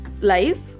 life